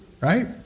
Right